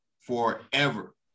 forever